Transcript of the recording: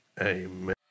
Amen